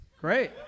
Great